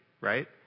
right